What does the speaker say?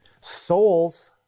souls